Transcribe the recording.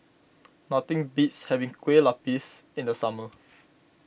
nothing beats having Kue Lupis in the summer